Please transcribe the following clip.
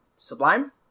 Sublime